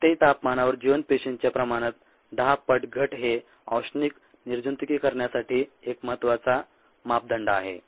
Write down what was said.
कोणत्याही तापमानावर जिवंत पेशींच्या प्रमाणात 10 पट घट हे औष्णिक निर्जंतुकीकरणासाठी एक महत्त्वाचा मापदंड आहे